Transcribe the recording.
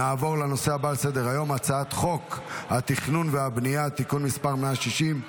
נעבור לנושא הבא על סדר-היום: הצעת חוק התכנון והבנייה (תיקון מס' 160),